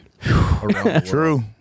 True